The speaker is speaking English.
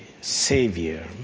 savior